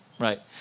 Right